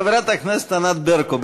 חברת הכנסת ענת ברקו.